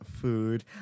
food